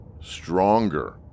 stronger